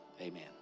Amen